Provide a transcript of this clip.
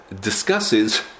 discusses